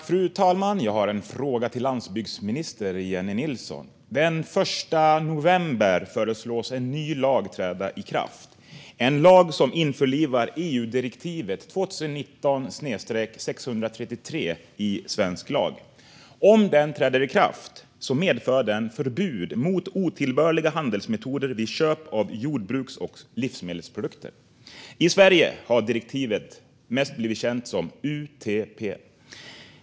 Fru talman! Jag har en fråga till landsbygdsminister Jennie Nilsson. Den 1 november föreslås en ny lag träda i kraft - en lag som införlivar EU-direktivet 2019/633 i svensk lag. Om den träder i kraft medför den förbud mot otillbörliga handelsmetoder vid köp av jordbruks och livsmedelsprodukter. I Sverige har direktivet mest blivit känt som UTP.